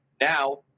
Now